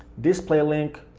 display link,